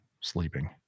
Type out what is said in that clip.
sleeping